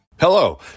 Hello